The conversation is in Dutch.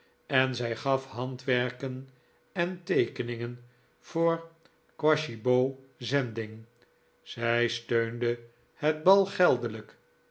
en zij gaf handwerken en teekeningen voor de quashyboo zending zij steunde het bal geldelijk